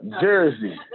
Jersey